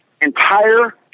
entire